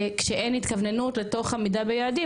כשאין התכווננות לתוך עמידה ביעדים,